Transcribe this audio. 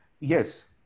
Yes